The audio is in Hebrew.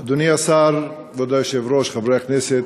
אדוני השר, כבוד היושב-ראש, חברי הכנסת,